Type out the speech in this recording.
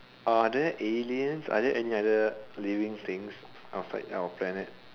are there aliens are there any other living things outside our planet